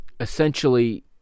essentially